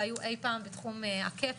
ה-cap החדש,